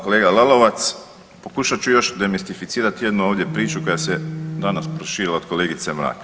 Kolega Lalovac pokušat ću još deministrificirat jednu ovdje priču koja se danas proširila od kolegice Mrak.